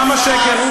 למה שקר?